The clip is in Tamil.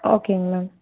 ஓகேங்க மேம்